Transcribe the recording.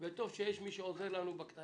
והם צריכים למלא טופס ניגוד